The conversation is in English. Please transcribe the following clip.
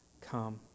come